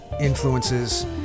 influences